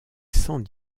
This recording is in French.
sans